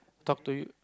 talk to you